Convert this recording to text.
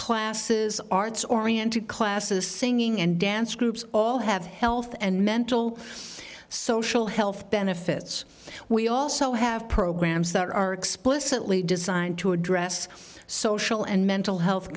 classes arts oriented classes singing and dance groups all have health and mental social health benefits we also have programs that are explicitly designed to address social and mental health